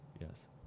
Yes